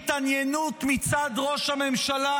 והרעיון הזה זוכה להתעניינות מצד ראש הממשלה,